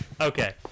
Okay